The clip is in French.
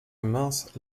mince